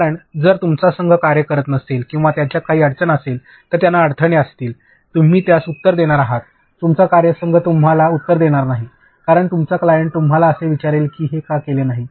कारण जर तुमचा संघ कार्य करत नसेल किंवा त्यांच्यात काही अडचण असेल तर त्यांना अडथळे असतील तुम्ही त्यास उत्तर देणार आहात तुमचा कार्यसंघ तुम्हाला उत्तर देणार नाही कारण तुमचा क्लायंट तुम्हाला असे विचारेल की हे का केले नाही